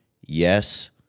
Yes